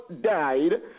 died